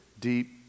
deep